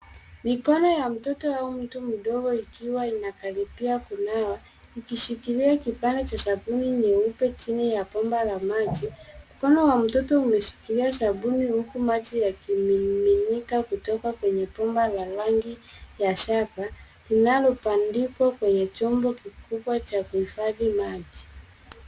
Mikono ya mtoto au mtu mdogo ikiwa inakaribia kunawa, ikishikilia kipande cha sabuni nyeupe chini ya bomba la maji. Mkono wa mtoto umeshikilia sabuni huku maji yakimiminika kutoka kwenye bomba la rangi ya shada linalobandikwa kwenye chombo kikubwa cha kuhifadhi maji.